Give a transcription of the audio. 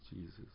Jesus